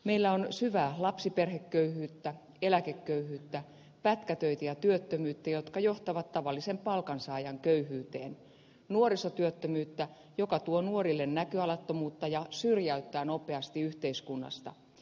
meillä on syvää lapsiperheköyhyyttä eläkeköyhyyttä pätkätöitä ja työttömyyttä jotka johtavat tavallisen palkansaajan köyhyyteen nuorisotyöttömyyttä joka tuo nuorille näköalattomuutta ja syrjäyttää nopeasti yhteiskunnasta